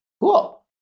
cool